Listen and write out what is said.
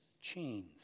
chains